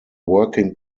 working